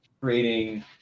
creating